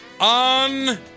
on